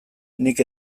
nik